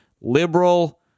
liberal